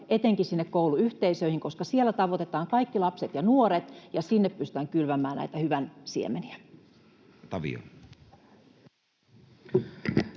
etenkin sinne kouluyhteisöihin, koska siellä tavoitetaan kaikki lapset ja nuoret ja sinne pystytään kylvämään näitä hyvän siemeniä.